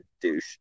douche